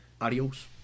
Adios